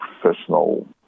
professional